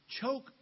choke